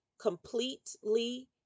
completely